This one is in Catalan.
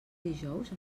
dijous